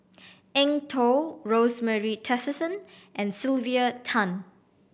Eng Tow Rosemary Tessensohn and Sylvia Tan